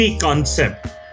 concept